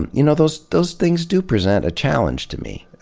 and you know, those those things do present a challenge to me.